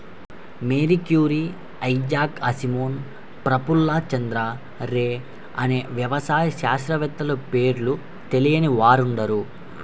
Mary Curie, Isaac Asimov, Prafulla Chandra Ray అనే వ్యవసాయ శాస్త్రవేత్తల పేర్లు తెలియని వారుండరు